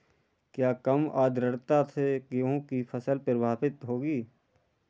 क्या कम आर्द्रता से गेहूँ की फसल प्रभावित होगी?